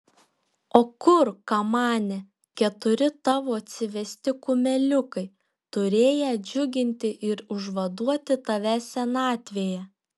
o kur kamane keturi tavo atsivesti kumeliukai turėję džiuginti ir užvaduoti tave senatvėje